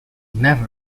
never